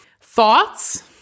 Thoughts